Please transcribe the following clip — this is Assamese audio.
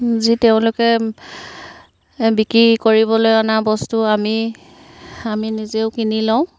যি তেওঁলোকে বিক্ৰী কৰিবলৈ অনা বস্তু আমি আমি নিজেও কিনি লওঁ